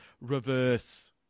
reverse